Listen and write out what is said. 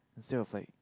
it's there if like